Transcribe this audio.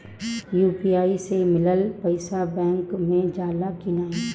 UPI से मिलल पईसा बैंक मे जाला की नाहीं?